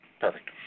perfect